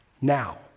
Now